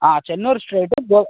Chennur straight go